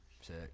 Sick